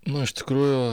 nu iš tikrųjų